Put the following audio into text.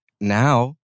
Now